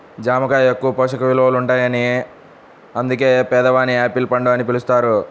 జామ కాయ ఎక్కువ పోషక విలువలుంటాయని అందుకే పేదవాని యాపిల్ పండు అని పిలుస్తారు